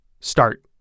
Start